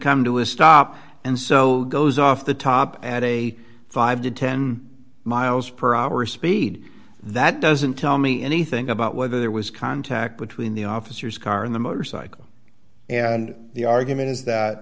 come to a stop and so goes off the top at a five to ten miles per hour speed that doesn't tell me anything about whether there was contact between the officers car and the motorcycle and the argument is that